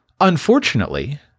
Unfortunately